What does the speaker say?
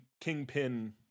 kingpin